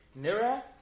Nira